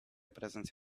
presence